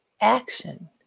action